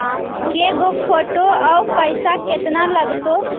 के गो फोटो औ पैसा केतना लगतै?